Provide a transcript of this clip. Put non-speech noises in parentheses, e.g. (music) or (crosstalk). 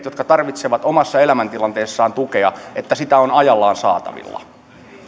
(unintelligible) jotka tarvitsevat omassa elämäntilanteessaan tukea on sitä ajallaan saatavilla